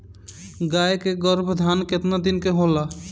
गाय के गरभाधान केतना दिन के होला?